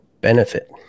benefit